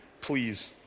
Please